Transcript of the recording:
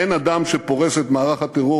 אין אדם שפורס את מערך הטרור